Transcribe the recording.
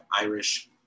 Irish